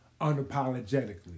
unapologetically